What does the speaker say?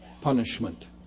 punishment